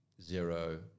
zero